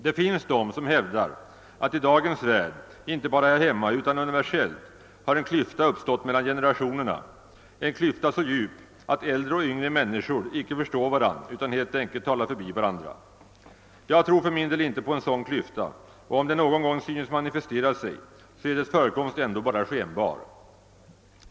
Det finns de som hävdar, att det i dagens värld inte bara här hemma utan universiellt en klyfta har uppstått mellan generationerna, en klyfta så djup att äldre och yngre människor inte förstår varandra utan helt enkelt talar förbi varandra. Jag tror för min del inte på någon sådan klyfta, och om den någon gång synes manifestera sig så är dess förekomst ändå bara skenbar.